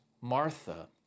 Martha